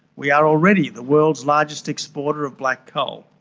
we are already the world's largest exporter of black coal.